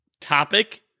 topic